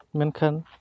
ᱢᱮᱱᱠᱷᱟᱱ